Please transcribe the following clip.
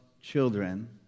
children